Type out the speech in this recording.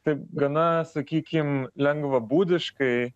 taip gana sakykim lengvabūdiškai